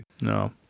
No